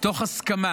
תוך הסכמה